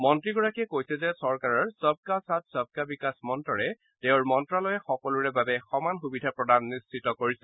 মন্ত্ৰীগৰাকীয়ে কৈছে যে চৰকাৰৰ সবকা সাথ সবকা বিকাশ মন্ত্ৰৰে তেওঁৰ মন্ত্ৰালয়ে সকলোৰে বাবে সমান সুবিধা প্ৰদান নিশ্চিত কৰিছে